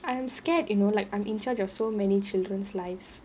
I am scared you know like I'm in charge of so many children's lives